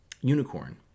Unicorn